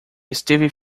esteve